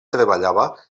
treballava